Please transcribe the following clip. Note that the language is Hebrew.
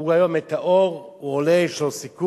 הוא רואה היום את האור, הוא עולה, יש לו סיכוי